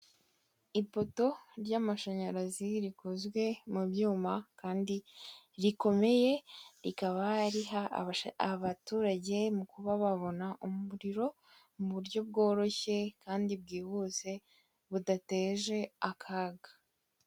Ipoto ry'amashanyarazi rikozwe mu byuma kandi rikomeye, rikaba riha abaturage mu kuba babona umuriro, mu buryo bworoshye kandi bwihuse budateje akaga.